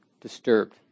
disturbed